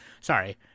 Sorry